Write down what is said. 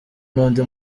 n’undi